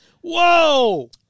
Whoa